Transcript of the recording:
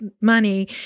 money